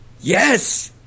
yes